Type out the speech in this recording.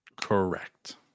Correct